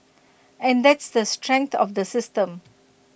and that's the strength of the system